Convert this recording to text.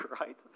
right